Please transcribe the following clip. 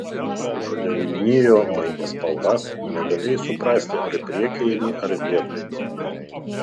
žolė vilnijo mainė spalvas negalėjai suprasti ar į priekį eini ar vietoj mini